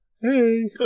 Hey